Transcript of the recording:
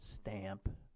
stamp